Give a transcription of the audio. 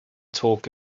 talk